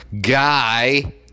guy